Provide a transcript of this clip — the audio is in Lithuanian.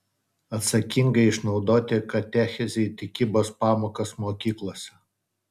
atsakingai išnaudoti katechezei tikybos pamokas mokyklose